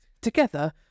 Together